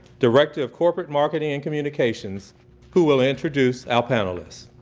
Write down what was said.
director of corporate marketing and communications who will introduce our panelists.